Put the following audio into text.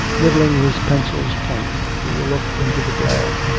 nibbling his pencil's point, he looked into the glare.